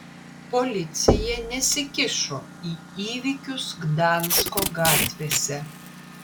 policija nesikišo į įvykius gdansko gatvėse